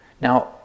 Now